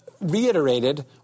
reiterated